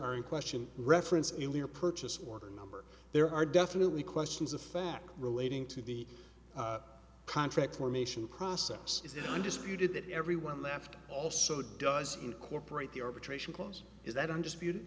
are in question reference earlier purchase order number there are definitely questions of fact relating to the contract formation process is it undisputed that everyone left also does incorporate the arbitration clause is that undisputed